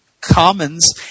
commons